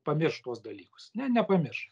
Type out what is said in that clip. pamirš tuos dalykus ne nepamirš